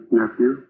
nephew